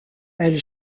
elle